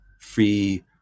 free